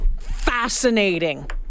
Fascinating